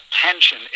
attention